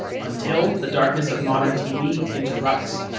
until the darkness of modern tv interrupts.